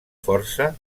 força